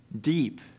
deep